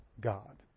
God